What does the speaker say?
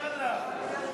ואללה?